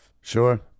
Sure